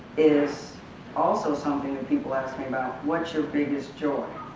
is also something that people ask me about. what's your biggest joy?